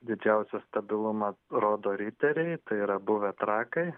didžiausio stabilumo rodo riteriai tai yra buvę trakai